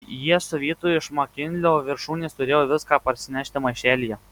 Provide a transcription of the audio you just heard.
jie su vytu iš makinlio viršūnės turėjo viską parsinešti maišelyje